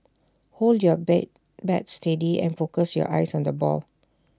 hold your bay bat steady and focus your eyes on the ball